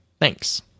Thanks